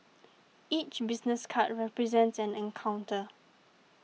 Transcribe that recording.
each business card represents an encounter